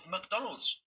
McDonald's